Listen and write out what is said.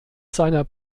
seiner